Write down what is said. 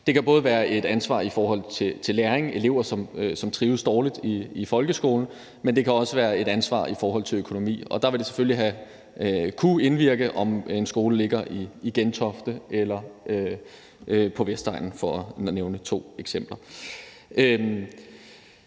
Det kan både være et ansvar for læring i forhold til elever, som trives dårligt i folkeskolen, men det kan også være et ansvar i forhold til økonomi, og der vil det selvfølgelig kunne have indvirkning, alt efter om en skole ligger i Gentofte eller på Vestegnen, for at nævne to eksempler.